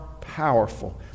powerful